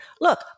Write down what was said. Look